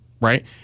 right